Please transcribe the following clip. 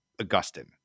Augustine